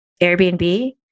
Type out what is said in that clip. Airbnb